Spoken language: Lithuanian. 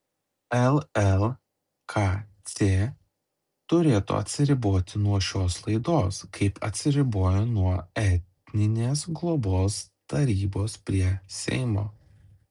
llkc turėtų atsiriboti nuo šios laidos kaip atsiribojo nuo etninės globos tarybos prie seimo